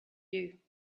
you